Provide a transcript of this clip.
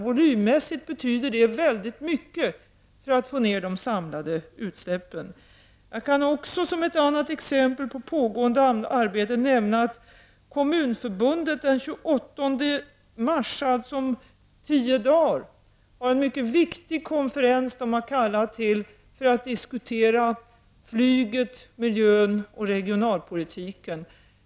Volymmässigt betyder det väldigt mycket för att få ned de samlade utsläppen. Jag kan också som ett exempel på pågående arbeten säga att Kommunförbundet har kallat till en mycket viktig konferens den 28 mars, alltså om tio dagar, för att diskutera flyget, miljön och regionalpolitiken.